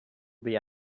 will